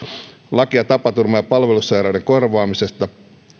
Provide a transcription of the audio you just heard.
lakia tapaturman ja palvelussairauden korvaamisesta